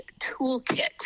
toolkit